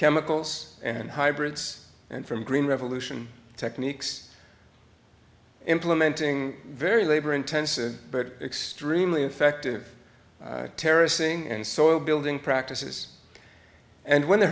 chemicals and hybrids and from green revolution techniques implementing very labor intensive but extremely effective terracing and soil building practices and when the